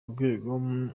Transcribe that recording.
rwego